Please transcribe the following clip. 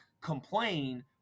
complain